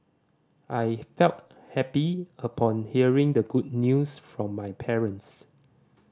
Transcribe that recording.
I felt happy upon hearing the good news from my parents